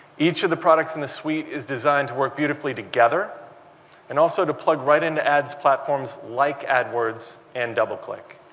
each of the products in the suite is designed to work beautifully together and also to plug right into ads platforms like adwords and doubleclick.